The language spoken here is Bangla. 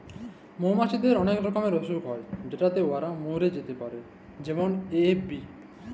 মমাছিদের অলেক রকমের অসুখ হ্যয় যেটতে উয়ারা ম্যইরে যাতে পারে যেমল এ.এফ.বি